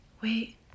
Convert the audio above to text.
wait